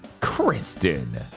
Kristen